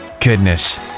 Goodness